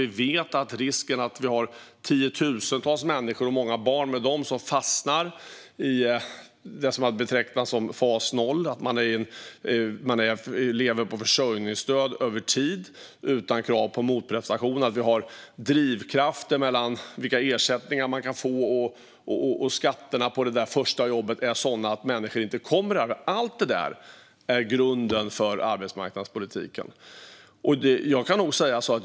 Vi vet att risken är att vi har tiotusentals människor, och många barn med dem, som fastnar i det som man betecknar som fas 0, det vill säga att man lever på försörjningsstöd över tid och utan krav på motprestation när vi har drivkrafter som står mellan vilka ersättningar man kan få och när skatterna på det där första jobbet är sådana att människor inte kommer att arbeta. Allt det där är grunden för arbetsmarknadspolitiken.